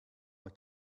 were